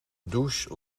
douche